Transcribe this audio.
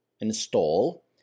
install